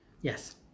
Yes